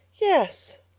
Yes